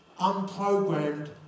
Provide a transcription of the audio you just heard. unprogrammed